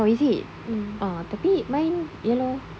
oh is it ah tapi mine you know